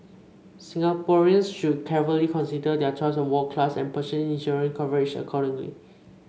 Singaporeans should carefully consider their choice of ward class and purchase insurance coverage accordingly